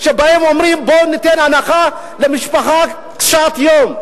שבאים ואומרים: בואו ניתן הנחה למשפחה קשת יום?